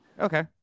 Okay